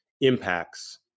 impacts